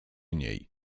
niej